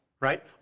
Right